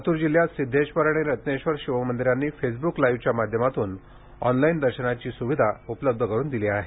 लातूर जिल्ह्यात सिद्धेश्वर आणि रत्नेश्वर शिवमंदिरांनी फेसबुक लाइव्हच्या माध्यमातून ऑनलाईन दर्शनाची सुविधा उपलब्ध करुन दिली आहे